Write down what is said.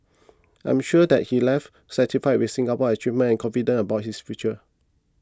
I am sure that he left satisfied with Singapore's achievements and confident about his future